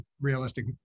realistic